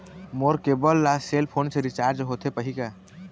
मोर cable ला cell phone से recharge होथे पाही का?